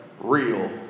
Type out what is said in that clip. real